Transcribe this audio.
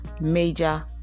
major